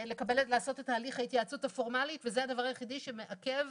לעשות את הליך ההתייעצות הפורמלי וזה הדבר היחידי שמעכב